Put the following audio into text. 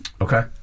okay